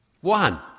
One